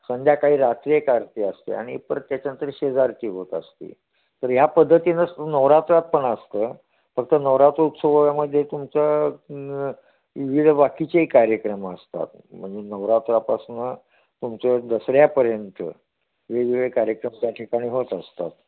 संध्याकाळी रात्री एक आरती असते आणि परत त्याच्यानंतर शेजारती होत असते तर ह्या पद्धतीनंच नवरात्रात पण असतं फक्त नवरात्र उत्सवामध्ये तुमचं विविध बाकीचे कार्यक्रम असतात म्हणजे नवरात्रापासनं तुमच्या दसऱ्यापर्यंत वेगवेगळे कार्यक्रम त्या ठिकाणी होत असतात